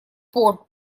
пор